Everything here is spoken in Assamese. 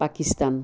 পাকিস্তান